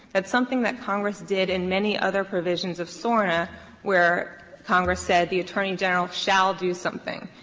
that's something that congress did in many other provisions of sorna where congress said the attorney general shall do something.